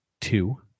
two